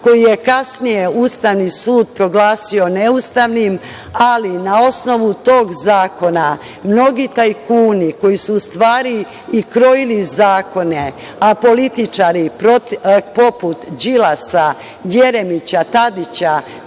koji je kasnije Ustavni sud proglasio neustavnim, ali na osnovu tog zakona mnogi tajkuni koji su u stvari i krojili zakone, a političari poput Đilasa, Jeremića, te